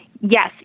Yes